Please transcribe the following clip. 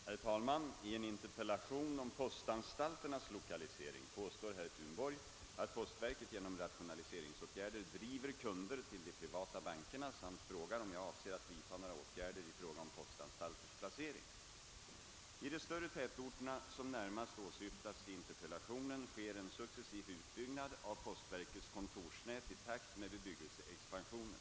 Herr talman! I en interpellation om postanstalternas lokalisering påstår herr Thunborg, att postverket genom rationaliseringsåtgärder driver kunder till de privata bankerna, samt frågar om jag avser att vidta några åtgärder i fråga om postanstalters placering. I de större tätorterna — som närmast åsyftas i interpellationen — sker en successiv utbyggnad av postverkets kontorsnät i takt med bebyggelseexpansionen.